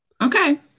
Okay